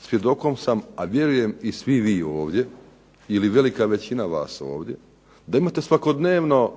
svjedokom sam, a vjerujem i svi vi ovdje ili velika većina vas ovdje da imate svakodnevno